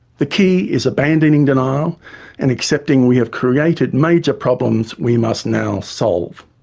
the key is abandoning denial and accepting we have created major problems we must now solve.